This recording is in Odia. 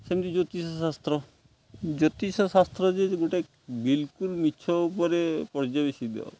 ସେମିତି ଜ୍ୟୋତିଷ ଶାସ୍ତ୍ର ଜ୍ୟୋତିଷ ଶାସ୍ତ୍ର ଯେ ଗୋଟେ ବିଲକୁଲ ମିଛ ଉପରେ ପର୍ଯବେଶିତ